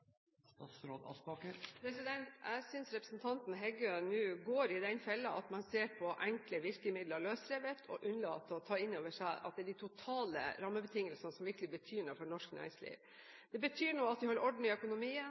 Jeg synes representanten Heggø nå går i den fella at man ser på enkle virkemidler løsrevet og unnlater å ta inn over seg at det er de totale rammebetingelsene som virkelig betyr noe for norsk næringsliv. Det betyr noe at man har orden i økonomien,